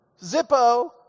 Zippo